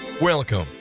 Welcome